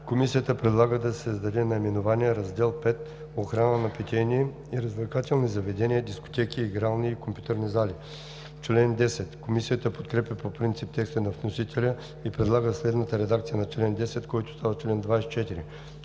Комисията предлага да се създаде Раздел V с наименование: „Охрана на питейни и развлекателни заведения, дискотеки, игрални и компютърни зали“. Комисията подкрепя по принцип текста на вносителя и предлага следната редакция на чл. 10, който става чл. 24: